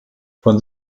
von